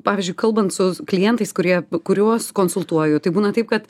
pavyzdžiui kalbant su klientais kurie kuriuos konsultuoju tai būna taip kad